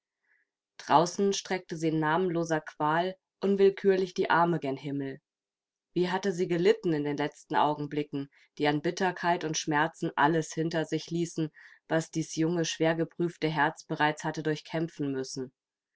draußen streckte sie in namenloser qual unwillkürlich die arme gen himmel wie hatte sie gelitten in den letzten augenblicken die an bitterkeit und schmerzen alles hinter sich ließen was dies junge schwergeprüfte herz bereits hatte durchkämpfen müssen